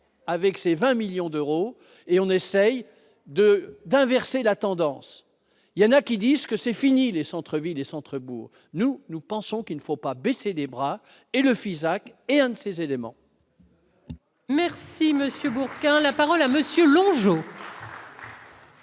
avec ses 20 millions d'euros et on essaye de d'inverser la tendance, il y en a qui disent que c'est fini, les centres-villes et centre bourg, nous, nous pensons qu'il ne faut pas baisser les bras et le Fisac et un de ses éléments. Merci monsieur Bourquin la parole à monsieur